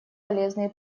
полезные